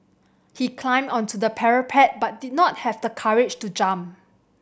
he climbed onto the parapet but did not have the courage to jump